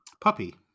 Puppy